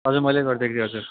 हजुर मैले गरिदिएको त्यो हजुर